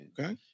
Okay